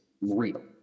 real